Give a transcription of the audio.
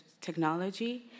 technology